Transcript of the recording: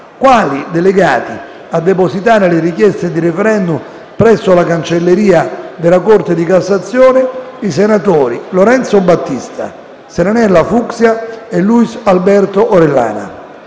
quali delegati a depositare le richieste di *referendum* presso la cancelleria della Corte di cassazione i senatori Lorenzo Battista, Serenella Fucksia e Luis Alberto Orellana.